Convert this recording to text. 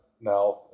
now